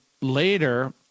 later